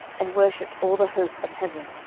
and worshipped all the host of heaven,